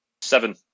seven